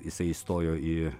jisai įstojo į